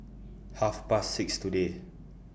Half Past six today